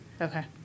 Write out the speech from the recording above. Okay